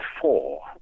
four